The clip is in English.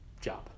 job